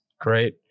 great